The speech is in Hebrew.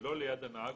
ולא ליד הנהג